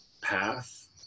path